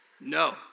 No